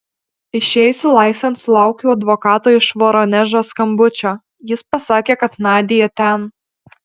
išėjusi laisvėn sulaukiau advokato iš voronežo skambučio jis pasakė kad nadia ten